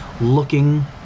looking